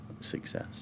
success